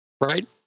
right